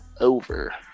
over